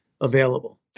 available